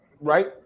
right